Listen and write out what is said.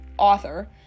Author